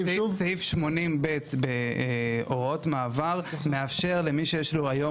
סעיף 80(ב) להוראות המעבר מאפשר זאת למי שיש לו כבר היום